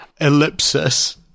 ellipsis